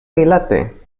dilate